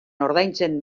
ordaintzen